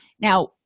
Now